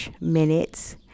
minutes